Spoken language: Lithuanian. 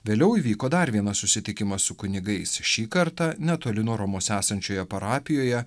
vėliau įvyko dar vienas susitikimas su kunigais šį kartą netoli nuo romos esančioje parapijoje